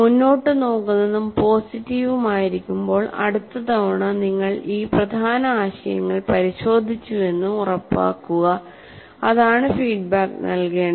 മുന്നോട്ട് നോക്കുന്നതും പോസിറ്റീവും ആയിരിക്കുമ്പോൾ അടുത്ത തവണ നിങ്ങൾ ഈ പ്രധാന ആശയങ്ങൾ പരിശോധിച്ചുവെന്ന് ഉറപ്പാക്കുക അതാണ് ഫീഡ്ബാക്ക് നൽകേണ്ടത്